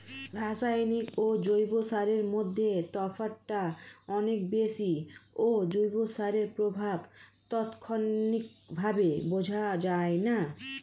রাসায়নিক ও জৈব সারের মধ্যে তফাৎটা অনেক বেশি ও জৈব সারের প্রভাব তাৎক্ষণিকভাবে বোঝা যায়না